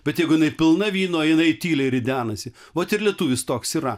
bet jeigu jinai pilna vyno jinai tyliai ridenasi vat ir lietuvis toks yra